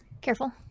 careful